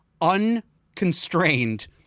unconstrained